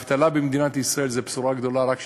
האבטלה במדינת ישראל, זו בשורה גדולה, היא רק 6%,